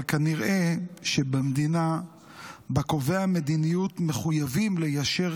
אבל כנראה שבמדינה שבה קובעי המדיניות מחויבים ליישר